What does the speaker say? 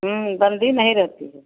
बंदी नहीं रहती है